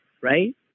right